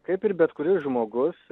kaip ir bet kuris žmogus